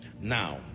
Now